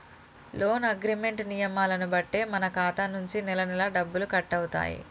loan agreement నియమాలను బట్టే మన ఖాతా నుంచి నెలనెలా డబ్బులు కట్టవుతాయి